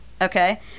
okay